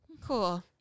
cool